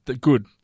good